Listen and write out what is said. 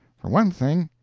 for one thing,